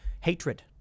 Hatred